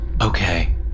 Okay